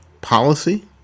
Policy